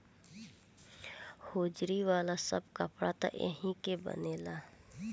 hosiery वाला सब कपड़ा त एही के बनेला